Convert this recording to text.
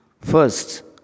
First